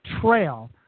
trail